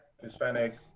Hispanic